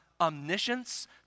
omniscience